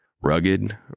Rugged